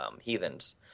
heathens